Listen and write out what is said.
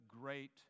great